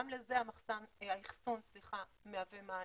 גם לזה האחסון מהווה מענה.